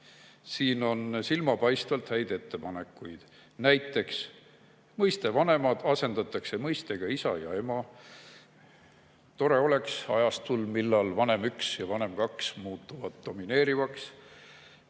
Siin on silmapaistvalt häid ettepanekuid, näiteks mõiste "vanemad" asendatakse mõistega "isa ja ema". Tore oleks ajastul, millal vanem 1 ja vanem 2 muutuvad domineerivaks.